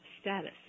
status